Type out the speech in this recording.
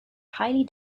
highly